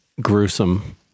gruesome